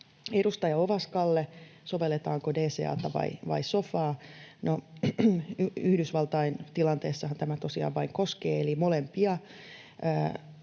Edustaja Ovaskalle: sovelletaanko DCA:ta vai sofaa? Yhdysvaltain tilannettahan tämä tosiaan vain koskee, eli molempia.